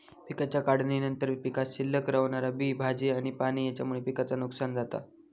पिकाच्या काढणीनंतर पीकात शिल्लक रवणारा बी, भाजी आणि पाणी हेच्यामुळे पिकाचा नुकसान जाता